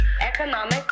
economic